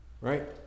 Right